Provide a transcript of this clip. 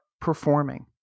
performing